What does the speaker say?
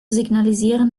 signalisieren